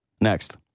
next